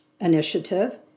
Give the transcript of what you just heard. initiative